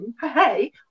Hey